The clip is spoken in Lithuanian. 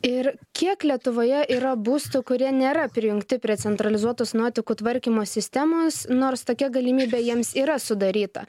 ir kiek lietuvoje yra būstų kurie nėra prijungti prie centralizuotos nuotekų tvarkymo sistemos nors tokia galimybė jiems yra sudaryta